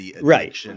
Right